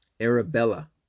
Arabella